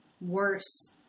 worse